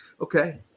okay